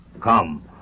Come